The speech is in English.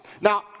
Now